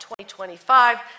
2025